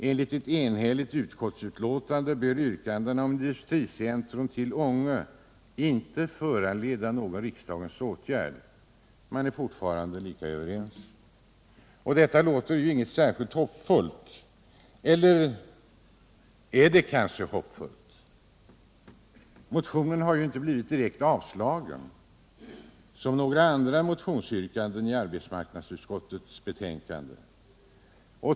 Enligt ett enhälligt utskottsbetänkande bör motionsyrkandena om ett industricentrum till Ånge inte föranleda någon riksdagens åtgärd. Man är fortfarande lika överens. Detta låter inte särskilt hoppfullt. Eller är det kanske hoppfullt? Motionen har ju inte blivit direkt avstyrkt, såsom fallet är med några andra motionsyrkanden som behandlas i arbetsmarknadsutskottets betänkande.